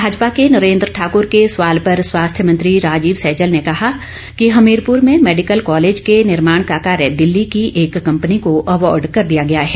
भाजपा के नरेंद्र ठाकुर के सवाल पर स्वास्थ्य मंत्री राजीव सैजल ने कहा कि हमीरपुर में मेडिकल कालेज के निर्माण का कार्य दिल्ली की एक कंपनी को अवार्ड कर दिया गया है